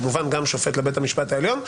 כמובן גם שופט לבית המשפט העליון,